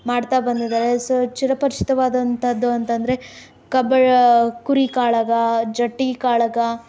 ಮಾಡ್ತಾ ಬಂದಿದ್ದಾರೆ ಸೊ ಚಿರಪರಿಚಿತವಾದಂಥದ್ದು ಅಂತ ಅಂದರೆ ಕಂಬಳ ಕುರಿ ಕಾಳಗ ಜಟ್ಟಿ ಕಾಳಗ